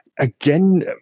again